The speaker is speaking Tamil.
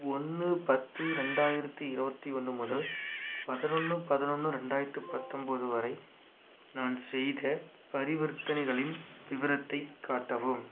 ஒன்று பத்து ரெண்டாயிரத்தி இருபத்தி ஒன்று முதல் பதினொன்று பதினொன்று ரெண்டாயிரத்தி பத்தொன்போது வரை நான் செய்த பரிவர்த்தனைகளின் விவரத்தை காட்டவும்